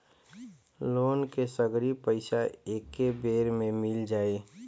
Loan के सगरी पइसा एके बेर में मिल जाई?